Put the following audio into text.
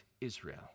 Israel